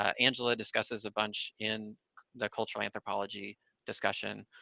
angela discusses a bunch in the cultural anthropology discussion.